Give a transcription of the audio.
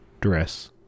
dress